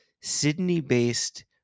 Sydney-based